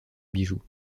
bijou